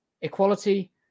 Equality